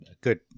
good